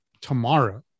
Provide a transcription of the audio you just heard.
tomorrow